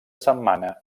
setmana